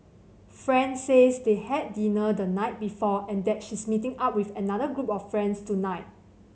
friend says they had dinner the night before and that she's meeting up with another group of friends tonight